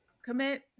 commit